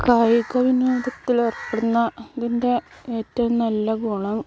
കായിക വിനോദത്തിൽ ഏർപ്പെടുന്നതിൻ്റെ ഏറ്റവും നല്ല ഗുണം